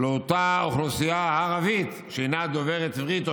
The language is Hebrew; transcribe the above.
לאותה אוכלוסייה ערבית שאינה דוברת עברית או